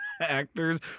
actors